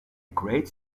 great